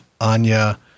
Anya